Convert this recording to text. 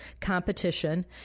competition